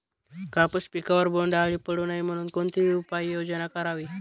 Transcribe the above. कापूस पिकावर बोंडअळी पडू नये म्हणून कोणती उपाययोजना करावी?